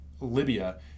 Libya